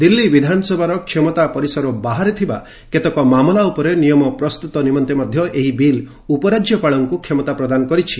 ଦିଲ୍ଲୀ ବିଧାନସଭାର କ୍ଷମତା ପରିସର ବାହାରେ ଥିବା କେତେକ ମାମଲା ଉପରେ ନିୟମ ପ୍ରସ୍ତୁତ ନିମନ୍ତେ ମଧ୍ୟ ଏହି ବିଲ୍ ଉପରାଜ୍ୟପାଳଙ୍କୁ କ୍ଷମତା ପ୍ବଦାନ କରିଛି